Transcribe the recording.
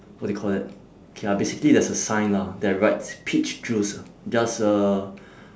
what do you call that okay ah basically there's a sign lah that writes peach juice ah just uh